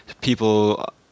people